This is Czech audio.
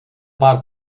pár